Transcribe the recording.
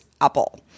Apple